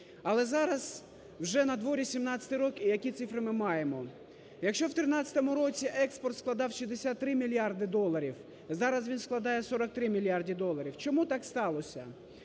Але зараз вже на дворі 2017 рік і які цифри ми маємо? Якщо в 2013 році експорт складав 63 мільярди доларів, зараз він складає 43 мільярди доларів. Чому так сталося?